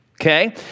okay